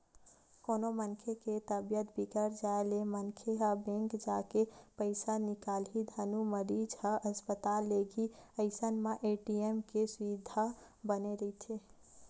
कोनो मनखे के तबीयत बिगड़ जाय ले मनखे ह बेंक जाके पइसा निकालही धुन मरीज ल अस्पताल लेगही अइसन म ए.टी.एम के सुबिधा बने रहिथे